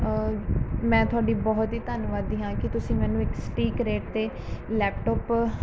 ਮੈਂ ਤੁਹਾਡੀ ਬਹੁਤ ਹੀ ਧੰਨਵਾਦੀ ਹਾਂ ਕਿ ਤੁਸੀਂ ਮੈਨੂੰ ਇੱਕ ਸਟੀਕ ਰੇਟ 'ਤੇ ਲੈਪਟੋਪ